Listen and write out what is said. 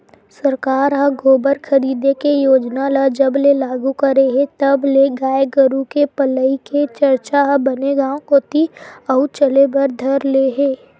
सरकार ह गोबर खरीदे के योजना ल जब ले लागू करे हे तब ले गाय गरु के पलई के चरचा ह बने गांव कोती अउ चले बर धर ले हे